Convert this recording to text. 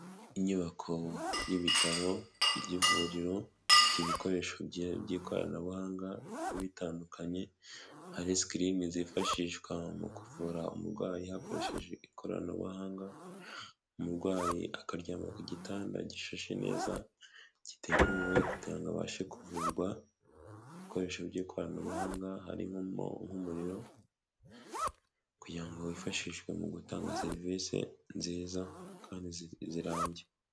Inyubako y'ibitaro y'ivuriro ifite ibikoresho by'ikoranabuhanga bitandukanye hari sikirini zifashishwa mu kuvura umurwayi hakoreshejwe ikoranabuhanga umurwayi akaryama ku gitanda gishashe neza giteguwe kugira ngo abashe kuvurwa ibikoresho by'ikoranabuhanga harimo nk'umuriro kugira ngo wifashishwe mu gutanga serivisi nziza kandi zirambye.